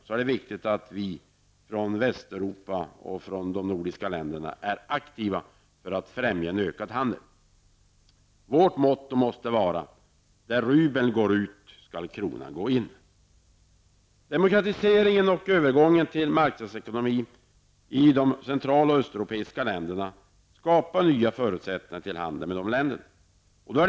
Det är då viktigt att länderna i Västeuropa och de nordiska länderna är aktiva för att främja en ökad handel. Vårt motto måste vara: Där rubel går ut skall kronan gå in! Demokratiseringen och övergången till marknadsekonomi i de Central och Östeuropeiska länderna skapar nya förutsättning för handel med dessa länder.